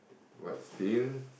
but still